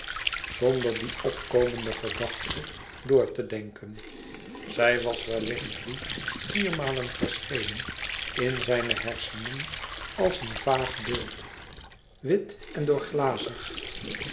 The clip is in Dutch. zonder die opkomende gedachte door te denken zij was wellicht drie viermaal verschenen in zijne hersenen als een vaag beeld wit en